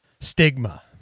Stigma